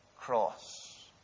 cross